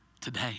today